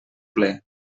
ple